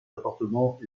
appartement